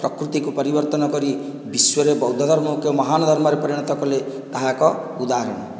ପ୍ରକୃତିକୁ ପରିବର୍ତ୍ତନ କରି ବିଶ୍ୱରେ ବୌଦ୍ଧଧର୍ମକୁ ମହାନ୍ ଧର୍ମରେ ପରିଣତ କଲେ ତାହା ଏକ ଉଦାହରଣ